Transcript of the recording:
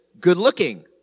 good-looking